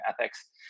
ethics